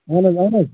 اَہَن حظ اَہَن حظ